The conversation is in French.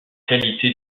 qualité